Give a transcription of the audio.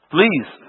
Please